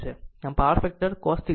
આમ power factor cos θ